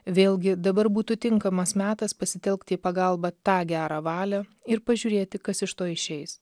vėlgi dabar būtų tinkamas metas pasitelkt į pagalbą tą gerą valią ir pažiūrėti kas iš to išeis